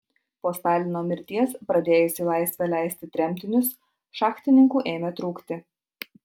po stalino mirties pradėjus į laisvę leisti tremtinius šachtininkų ėmė trūkti